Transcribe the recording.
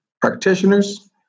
practitioners